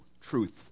truth